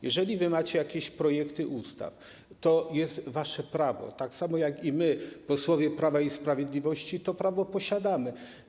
Jeżeli wy macie jakieś projekty ustaw, to jest wasze prawo, tak samo jak i my, posłowie Prawa i Sprawiedliwości, to prawo posiadamy.